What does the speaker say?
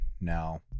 now